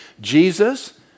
Jesus